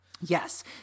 Yes